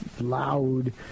loud